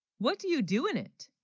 what do you do in it